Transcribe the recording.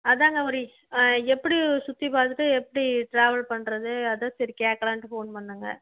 அதுதாங்க ஒரு ஆ எப்படி சுத்திப்பார்த்துட்டு எப்படி ட்ராவல் பண்ணுறது அதுதான் சரி கேட்கலான்ட்டு ஃபோன் பண்ணேங்க